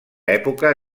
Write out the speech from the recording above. època